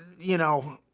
you know,